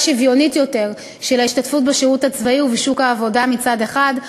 שוויונית יותר של ההשתתפות בשירות הצבאי ובשוק העבודה מצד אחד,